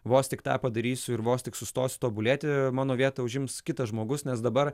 vos tik tą padarysiu ir vos tik sustosiu tobulėti mano vietą užims kitas žmogus nes dabar